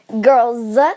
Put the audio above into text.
Girls